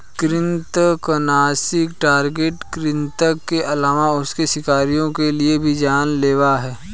कृन्तकनाशी टारगेट कृतंक के अलावा उनके शिकारियों के लिए भी जान लेवा हैं